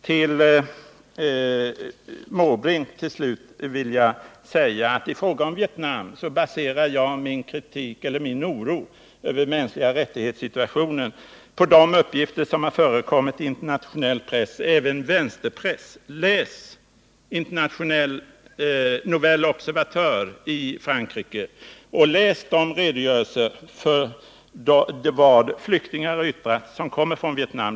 Till Bertil Måbrink vill jag till slut säga att jag i fråga om Vietnam baserar min oro för situationen när det gäller de mänskliga rättigheterna på de uppgifter som förekommit i internationell press, även vänsterpress. Läs Nouvel Observateur! Läs där de redogörelser som flyktingar från Vietnam lämnat.